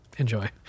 Enjoy